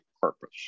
purpose